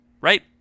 right